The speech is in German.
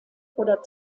oder